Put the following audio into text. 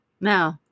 No